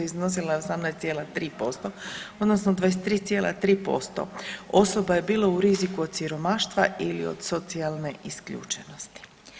Iznosila 18,3% odnosno 23,3% osoba je bilo u riziku od siromaštva od socijalne isključenosti.